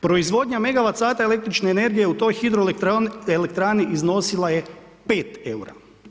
Proizvodnja megawat sata električne energije, u toj hidroelektrani, iznosila je 5 eura.